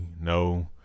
no